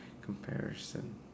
comparison